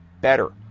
better